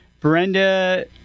Brenda